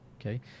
Okay